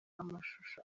amashusho